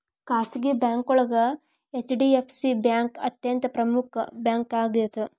ಖಾಸಗಿ ಬ್ಯಾಂಕೋಳಗ HDFC bank ಅತ್ಯಂತ ಪ್ರಮುಖ್ ಬ್ಯಾಂಕಾಗ್ಯದ